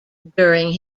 during